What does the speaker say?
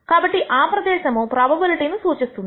కాబట్టి ఆ ప్రదేశము ప్రోబబిలిటీ ను సూచిస్తుంది